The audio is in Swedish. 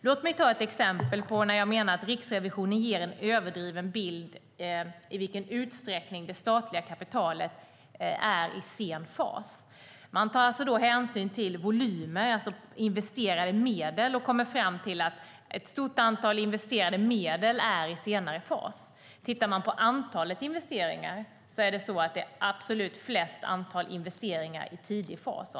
Låt mig ta ett exempel på när jag menar att Riksrevisionen ger en överdriven bild av i vilken utsträckning det statliga kapitalet är i sen fas. Man tar hänsyn till volymer investerade medel och kommer fram till att ett stort antal investerade medel är i senare fas. Om man tittar på antalet investeringar ser man att det är absolut störst antal investeringar i tidig fas.